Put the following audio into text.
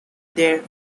their